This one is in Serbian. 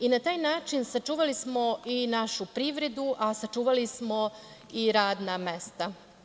I na taj način sačuvali smo i našu privredu, a sačuvali smo i radna mesta.